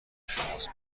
شماست